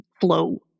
flow